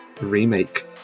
remake